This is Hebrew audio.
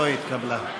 לא התקבלה.